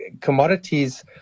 commodities